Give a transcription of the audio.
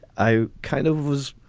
i kind of was.